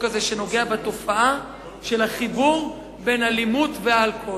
הזה שנוגע בתופעה של החיבור בין אלימות ואלכוהול.